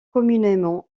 communément